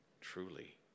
truly